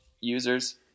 users